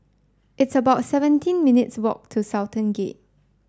it's about seventeen minutes' walk to Sultan Gate